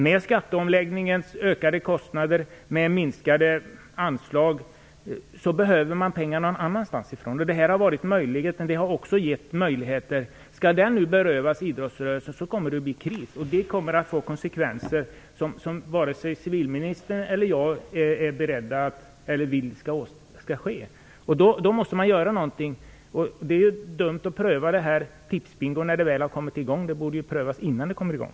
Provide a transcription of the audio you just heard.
Med skatteomläggningens ökade kostnader och minskade anslag behöver de pengar från någon annanstans. Detta har varit möjligheten, och det har också gett möjligheter. Skall detta nu berövas idrottsrörelsen kommer det att bli kris. Det kommer att få konsekvenser som varken civilministern eller jag vill ha. Då måste man göra någonting. Det är dumt att pröva Tipsbingo när det väl har kommit i gång. Det borde prövas innan det kommer i gång.